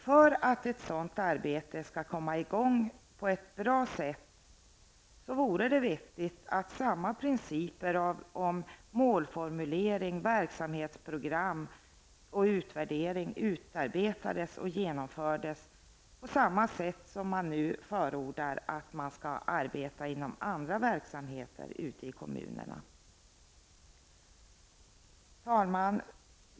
För att ett sådant arbete skall komma i gång på ett bra sätt vore det vettigt att principer om målformulering, verksamhetsprogram och utvärdering utarbetades och genomfördes på samma sätt som man nu förordar när det gäller arbetet inom andra verksamheter ute i kommunerna. Fru talman!